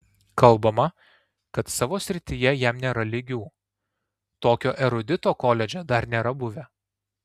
kalbama kad savo srityje jam nėra lygių tokio erudito koledže dar nėra buvę